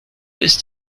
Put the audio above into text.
ist